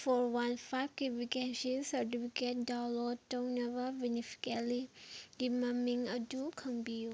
four one ꯐꯥꯏꯕꯀꯤ vacancies certificate download ꯇꯧꯅꯕ ꯕꯦꯅꯤꯐꯤꯀꯦꯜꯂꯤꯒꯤ ꯃꯃꯤꯡ ꯑꯗꯨ ꯈꯪꯕꯤꯌꯨ